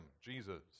Jesus